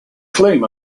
claim